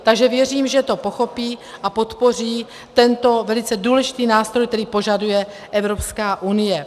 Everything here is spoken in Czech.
Takže věřím, že to pochopí a podpoří tento velice důležitý nástroj, který požaduje Evropská unie.